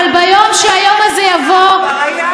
אבל ביום שהיום הזה יבוא, הוא כבר היה.